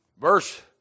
Verse